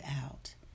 out